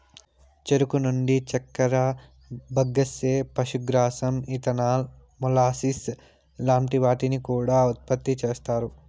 చెరుకు నుండి చక్కర, బగస్సే, పశుగ్రాసం, ఇథనాల్, మొలాసిస్ లాంటి వాటిని కూడా ఉత్పతి చేస్తారు